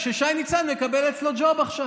ששי ניצן מקבל אצלו ג'וב עכשיו.